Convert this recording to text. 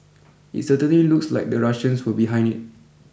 it certainly looks like the Russians were behind it